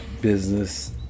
business